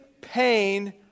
pain